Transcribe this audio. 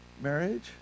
marriage